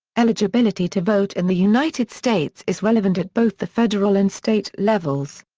eligibility to vote in the united states is relevant at both the federal and state levels.